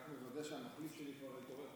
אני רק מוודא שהמחליף שלי כבר התעורר.